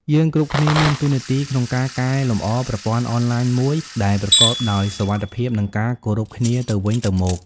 យើងគ្រប់គ្នាមានតួនាទីក្នុងការកែលំអរប្រព័ន្ធអនឡាញមួយដែលប្រកបដោយសុវត្ថិភាព និងការគោរពគ្នាទៅវិញទៅមក។